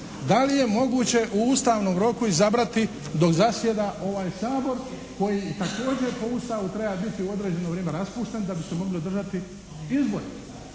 da li je moguće u ustavnom roku izabrati dok zasjeda ovaj Sabor koji također po Ustavu treba biti u određeno vrijeme raspušten da bi se mogli održati izbori